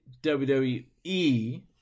WWE